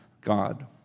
God